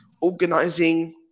organizing